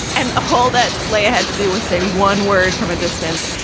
and a hole that lay ahead to do with say one word from a distance.